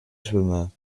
schwimmer